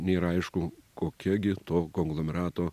nėra aišku kokia gi to konglomerato